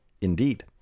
Indeed